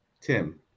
Tim